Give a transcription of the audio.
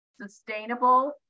sustainable